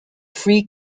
three